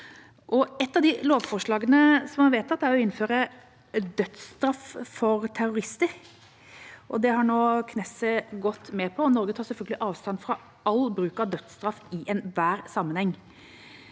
Ett av de lovforslagene som er vedtatt, er å innføre dødsstraff for terrorister. Det har nå Knesset gått med på. Norge tar selvfølgelig avstand fra all bruk av dødsstraff i enhver sammenheng.